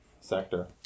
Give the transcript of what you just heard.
sector